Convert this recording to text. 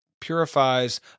purifies